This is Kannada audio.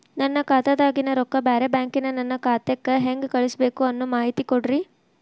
ನನ್ನ ಖಾತಾದಾಗಿನ ರೊಕ್ಕ ಬ್ಯಾರೆ ಬ್ಯಾಂಕಿನ ನನ್ನ ಖಾತೆಕ್ಕ ಹೆಂಗ್ ಕಳಸಬೇಕು ಅನ್ನೋ ಮಾಹಿತಿ ಕೊಡ್ರಿ?